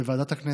בוועדת הכנסת,